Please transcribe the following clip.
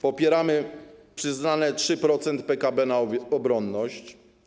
Popieramy przeznaczenie 3% PKB na obronność.